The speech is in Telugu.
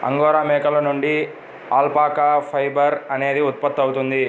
అంగోరా మేకల నుండి అల్పాకా ఫైబర్ అనేది ఉత్పత్తవుతుంది